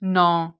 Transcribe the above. ਨੌ